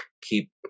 keep